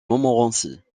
montmorency